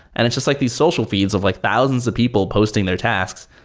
and it's just like these social feeds of like thousands of people posting their tasks,